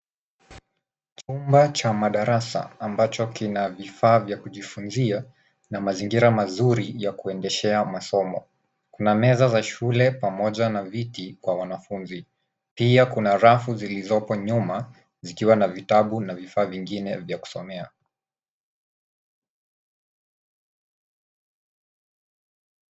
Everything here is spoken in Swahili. Chumba cha madarasa ambacho kina vifaa vya kujifunzia, na mazingira mazuri ya kuendeshea masomo. Kuna meza za shule pamoja na viti kwa wanafunzi. Pia kuna rafu zilizoko nyuma , zikiwa na vitabu na vifaa vingine vya kusomea.